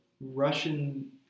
Russian